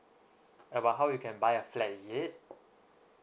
about how you can buy a flat is it